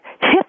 hit